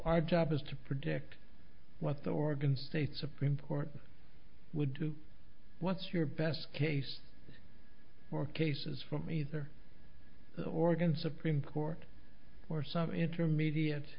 our job is to predict what the organs state supreme court would do what's your best case for cases from either oregon supreme court or some intermediate